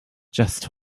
just